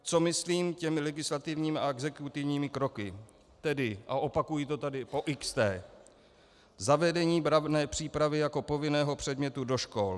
Co myslím těmi legislativními a exekutivními kroky, tedy a opakuji to tady po xté zavedení branné přípravy jako povinného předmětu do škol.